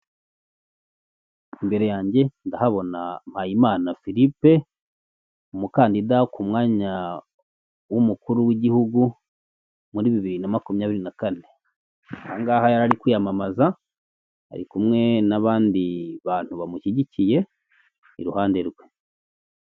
Imbere yanjye ndahabona Mpayimana Philippe, umukandida ku mwanya w'umukuru w'igihugu muri bibiri na makumyabiri na kane. Ahangaha yari ari kwiyamamaza, ari kumwe n'abandi bantu bamushyigikiye iruhande rwe.